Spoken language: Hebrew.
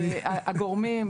הגורמים,